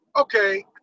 okay